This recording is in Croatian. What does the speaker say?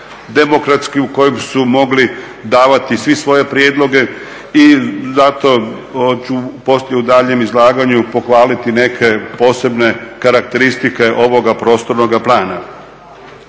demokratski u kojem su mogli davati svi svoje prijedloge i dalje ću poslije u daljnjem izlaganju pohvaliti neke posebne karakteristike ovoga prostornog plana.